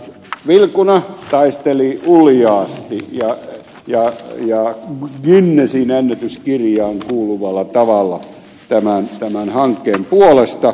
vilkuna taisteli uljaasti ja guinnessin ennätyskirjaan kuuluvalla tavalla tämän hankkeen puolesta